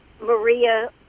Maria